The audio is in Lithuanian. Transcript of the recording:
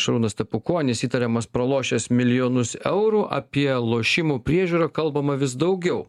šarūnas stepukonis įtariamas pralošęs milijonus eurų apie lošimų priežiūrą kalbama vis daugiau